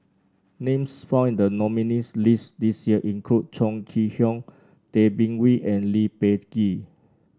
names found in the nominees' list this year include Chong Kee Hiong Tay Bin Wee and Lee Peh Gee